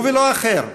הוא ולא אחר,